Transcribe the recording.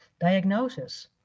diagnosis